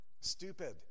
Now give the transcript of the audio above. stupid